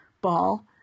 ball